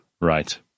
Right